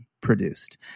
produced